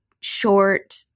short